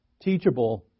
teachable